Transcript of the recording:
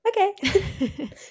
Okay